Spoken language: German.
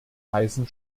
heißen